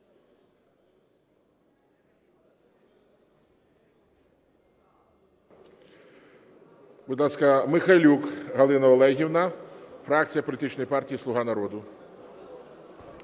Будь ласка, Михайлюк Галина Олегівна фракція політичної партії "Слуга народу".